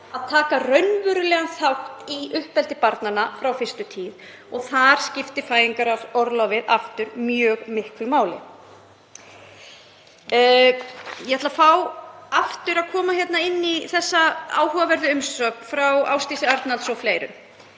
að taka raunverulegan þátt í uppeldi barnanna frá fyrstu tíð. Þar skiptir fæðingarorlofið aftur mjög miklu máli. Ég ætla að fá aftur að koma inn í þessa áhugaverðu umsögn frá Ásdísi A. Arnalds og fleirum.